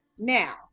Now